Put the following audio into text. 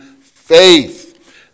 faith